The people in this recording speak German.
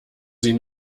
sie